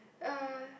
uh